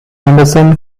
anderson